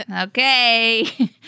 Okay